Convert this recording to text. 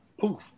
poof